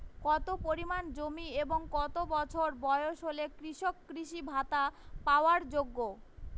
কত পরিমাণ জমি এবং কত বছর বয়স হলে কৃষক কৃষি ভাতা পাওয়ার যোগ্য?